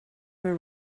were